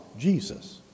Jesus